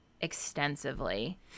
extensively